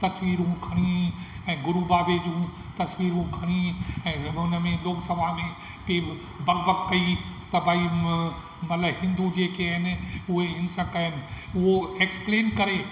तस्वीरूं खणी ऐं गुरु बाबे जूं तस्वीरूं खणी ऐं हिन में लोकसभा में बक बक कई त भई भले हिंदू जेके आहिनि उहे हिंसक आहिनि उहो एक्सप्लेन करे